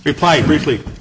reply briefly